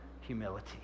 humility